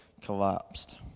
collapsed